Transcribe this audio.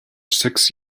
six